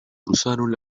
cruzaron